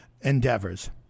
endeavors